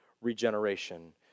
Regeneration